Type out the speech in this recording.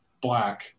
black